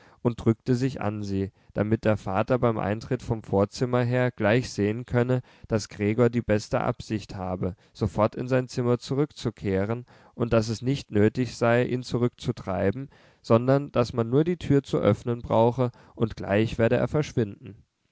und drückte sich an sie damit der vater beim eintritt vom vorzimmer her gleich sehen könne daß gregor die beste absicht habe sofort in sein zimmer zurückzukehren und daß es nicht nötig sei ihn zurückzutreiben sondern daß man nur die tür zu öffnen brauche und gleich werde er verschwinden